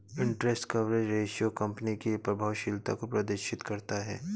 interest coverage ratio कंपनी की प्रभावशीलता को प्रदर्शित करता है